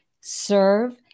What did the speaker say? serve